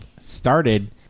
started